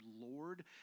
Lord